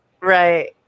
right